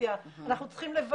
אנחנו צריכים לעשות דיפרנציאציה,